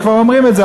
וכבר אומרים את זה,